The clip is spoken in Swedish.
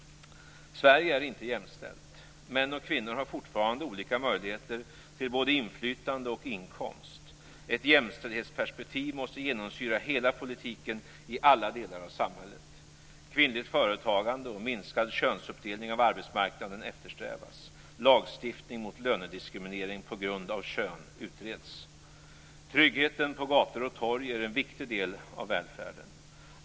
Sverige är inte jämställt. Män och kvinnor har fortfarande olika möjligheter till både inflytande och inkomst. Ett jämställdhetsperspektiv måste genomsyra hela politiken i alla delar av samhället. Kvinnligt företagande och minskad könsuppdelning av arbetsmarknaden eftersträvas. Lagstiftning mot lönediskriminering på grund av kön utreds. Tryggheten på gator och torg är en viktig del av välfärden.